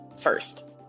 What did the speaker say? first